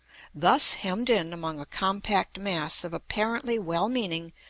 thus hemmed in among a compact mass of apparently well-meaning,